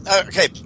Okay